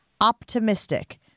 optimistic